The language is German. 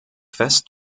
fest